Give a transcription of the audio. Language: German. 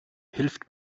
hilft